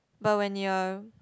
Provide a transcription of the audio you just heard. but when you are